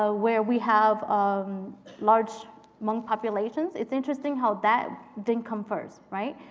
ah where we have um large hmong populations. it's interesting how that didn't come first. right?